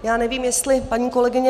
Já nevím, jestli paní kolegyně